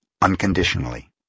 unconditionally